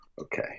Okay